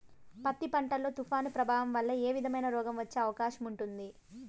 పత్తి పంట లో, తుఫాను ప్రభావం వల్ల ఏ విధమైన రోగం వచ్చే అవకాశం ఉంటుంది?